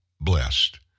blessed